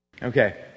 Okay